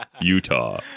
Utah